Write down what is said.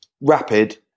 rapid